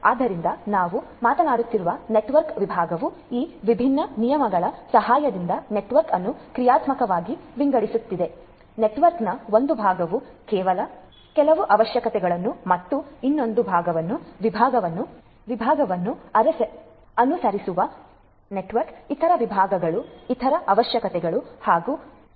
ಆದ್ದರಿಂದ ನಾವು ಮಾತನಾಡುತ್ತಿರುವ ನೆಟ್ವರ್ಕ್ ವಿಭಾಗವು ಈ ವಿಭಿನ್ನ ನಿಯಮಗಳ ಸಹಾಯದಿಂದ ನೆಟ್ವರ್ಕ್ ಅನ್ನು ಕ್ರಿಯಾತ್ಮಕವಾಗಿ ವಿಂಗಡಿಸುತ್ತದೆ ನೆಟ್ವರ್ಕ್ನ ಒಂದು ಭಾಗವು ಕೆಲವು ಅವಶ್ಯಕತೆಗಳನ್ನು ಮತ್ತು ಇನ್ನೊಂದು ಭಾಗವನ್ನು ವಿಭಾಗವನ್ನು ಅನುಸರಿಸಿ ನೆಟ್ವರ್ಕ್ನ ಇತರ ವಿಭಾಗಗಳು ಇತರ ಅವಶ್ಯಕತೆಗಳು ಮತ್ತು ನಿಯಮಗಳನ್ನು ಅನುಸರಿಸುತ್ತವೆ